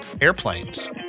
airplanes